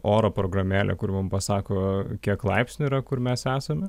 oro programėlę kur mum pasako kiek laipsnių yra kur mes esame